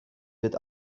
wird